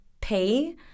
pay